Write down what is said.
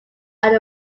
are